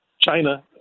China